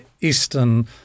eastern